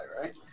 right